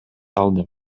алдым